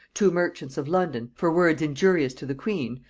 two merchants of london, for words injurious to the queen,